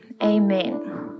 Amen